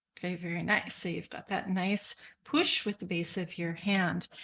okay, very nice. so you've got that nice push with the base of your hand.